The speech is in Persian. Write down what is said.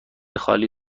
خالی